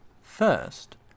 First